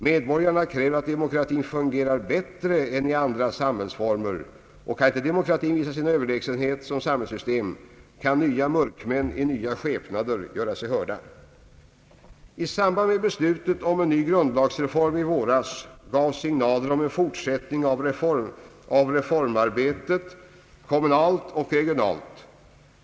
Medborgarna kräver att demokratin fungerar bättre än andra samhällsformer, och kan inte demokratin visa sin överlägsenhet som samhällssystem, kan nya mörkmän i nya skepnader göra sig hörda. I samband med beslutet om en ny grundlagsreform i våras gavs signaler om en fortsättning av reformarbetet kommunalt och regionalt.